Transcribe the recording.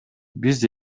биз